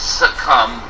succumb